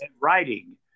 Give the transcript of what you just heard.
Writing